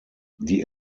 die